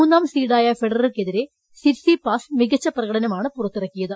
മൂന്നാം സീഡായ ഫെററർക്കെ തിരെ സിറ്റ്സിപാസ് മികച്ച പ്രകടനമാണ് പുറത്തിറക്കിയത്